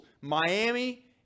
Miami